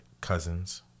cousins